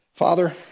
Father